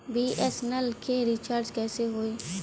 BSNL के recharge कैसे होयी?